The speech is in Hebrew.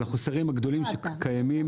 על החוסרים הגדולים שקיימים.